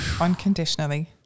unconditionally